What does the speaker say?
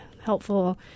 helpful